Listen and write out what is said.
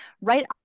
right